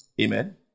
Amen